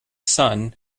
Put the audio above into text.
son